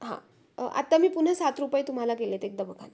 हां आत्ता मी पुन्हा सात रुपये तुम्हाला केले आहेत एकदा बघा ना